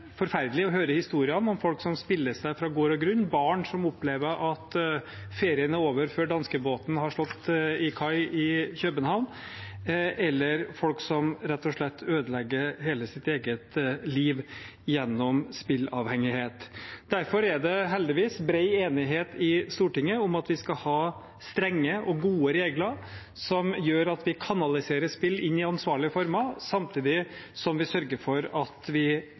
forferdelig å høre historiene om folk som spiller seg fra gård og grunn, barn som opplever at ferien er over før danskebåten har lagt til kai i København, eller folk som rett og slett ødelegger sitt eget liv ved spillavhengighet. Det er heldigvis bred enighet i Stortinget om at vi skal ha strenge og gode regler som gjør at vi kanaliserer spill inn i ansvarlige former, samtidig som vi sørger for at vi